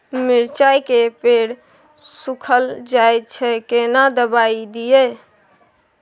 मिर्चाय के पेड़ सुखल जाय छै केना दवाई दियै?